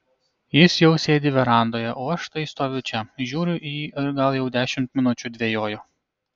jis sau sėdi verandoje o aš štai stoviu čia žiūriu į jį ir gal jau dešimt minučių dvejoju